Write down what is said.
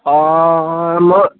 অঁ মই